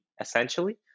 essentially